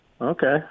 Okay